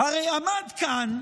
הרי הוא עמד כאן,